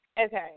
Okay